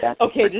Okay